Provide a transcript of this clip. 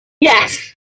Yes